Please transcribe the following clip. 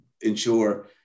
ensure